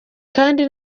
kandi